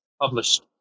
published